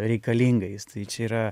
reikalingais tai čia yra